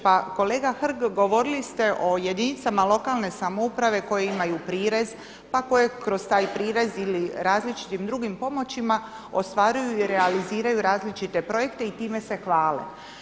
Pa kolega Hrg, govorili ste o jedinicama lokalne samouprave koje imaju prirez, pa koje kroz taj prirez ili različitim drugim pomoćima ostvaruju i realiziraju različite projekte i time se hvale.